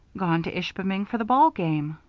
gone to ishpeming for the ball game.